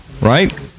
right